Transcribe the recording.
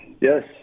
Yes